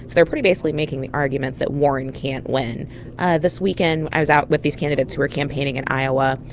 they're pretty basically making the argument that warren can't win ah this weekend, i was out with these candidates who were campaigning in iowa,